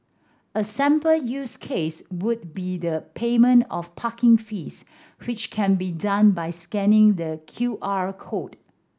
a sample use case would be the payment of parking fees which can be done by scanning the Q R code